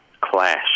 clash